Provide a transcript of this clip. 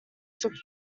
took